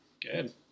Good